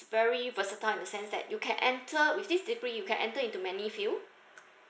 very versatile in the sense that you can enter with this degree you can enter into many field